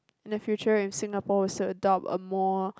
in the future when Singapore was to adopt a more